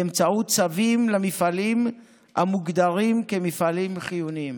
באמצעות צווים למפעלים המוגדרים כמפעלים חיוניים.